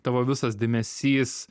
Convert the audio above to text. tavo visas dėmesys